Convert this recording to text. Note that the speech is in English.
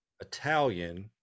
Italian